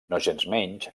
nogensmenys